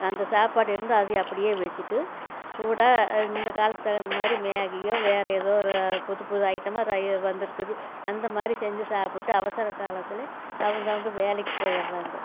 அந்த சாப்பாடு இருந்தால் அதை அப்படியே வச்சிட்டு சூடாக இந்த காலத்தில் தகுந்த மாதிரி மேகியோ வேறே எதோ ஒரு புது புது ஐடமோ வந்துருக்குது அந்த மாதிரி செஞ்சு சாப்பிட்டா அவசர காலத்தில் அவங்கவுங்க வேலைக்கு போயிடுறாங்க